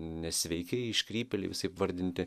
nesveiki iškrypėliai visaip vardinti